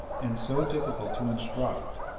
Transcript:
and so difficult to instruct,